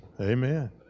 Amen